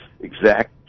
exact